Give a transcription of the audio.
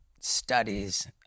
studies